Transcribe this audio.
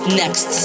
next